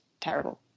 terrible